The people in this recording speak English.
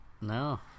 No